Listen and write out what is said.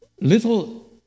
little